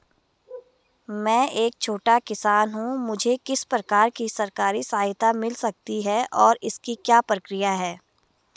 मैं एक छोटा किसान हूँ मुझे किस प्रकार की सरकारी सहायता मिल सकती है और इसकी क्या प्रक्रिया है?